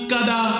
Kada